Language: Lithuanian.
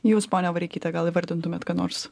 jūs ponia vareikyte gal įvardintumėt ką nors